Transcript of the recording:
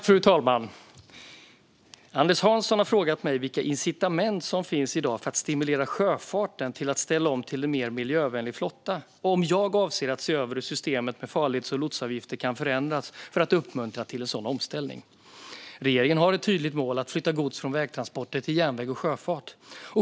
Fru talman! Anders Hansson har frågat mig vilka incitament som finns i dag för att stimulera sjöfarten till att ställa om till en mer miljövänlig flotta och om jag avser att se över hur systemet med farleds och lotsavgifter kan förändras för att uppmuntra till en sådan omställning. Regeringen har ett tydligt mål att flytta gods från vägtransporter till järnväg och sjöfart.